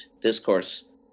discourse